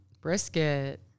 Brisket